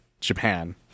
Japan